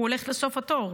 הוא הולך לסוף התור.